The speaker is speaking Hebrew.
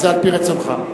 זה על-פי רצונך.